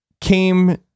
came